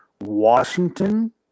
Washington